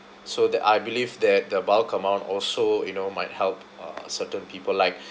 so that I believe that the bulk amount also you know might help uh certain people like